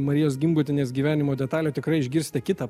marijos gimbutienės gyvenimo detalių tikrai išgirsite kitą